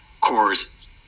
cores